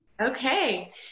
Okay